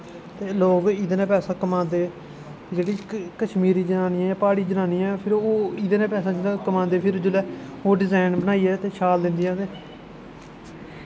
ते लोग इ'दे नै पैसा कमांदे जेह्ड़ी क कश्मीरी जनानियां यां प्हाड़ी जनानियां ऐ फिर ओह् इ'दे नै पैसा जेह्ड़ा कमांदे फिर जुल्लै ओह् डिजाइन बनाइयै ते शाल लिंदियां ते